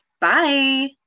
Bye